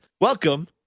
welcome